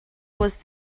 was